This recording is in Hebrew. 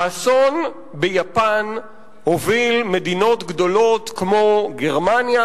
האסון ביפן הוביל מדינות גדולות כמו גרמניה,